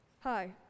Hi